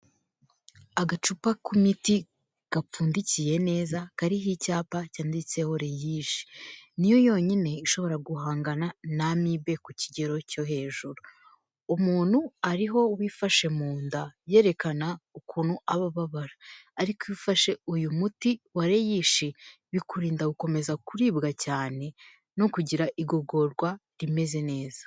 Agacupa k'imiti gapfundikiye neza kariho icyapa cyanditseho reyishi, ni yo yonyine ishobora guhangana n'amibe ku kigero cyo hejuru. Umuntu ariho wifashe mu nda, yerekana ukuntu aba ababara; ariko iyo ufashe uyu muti wa reyishi, bikurinda gukomeza kuribwa cyane no kugira igogorwa rimeze neza.